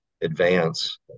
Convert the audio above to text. advance